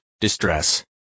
distress